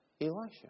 Elisha